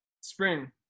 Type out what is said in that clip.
spring